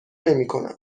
نمیکنم